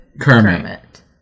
Kermit